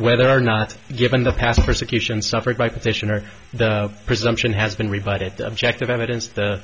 whether or not given the past persecution suffered by petitioner the presumption has been rebutted the objective evidence the